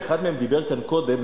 ואחד מהם דיבר כאן קודם,